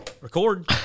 record